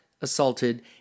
assaulted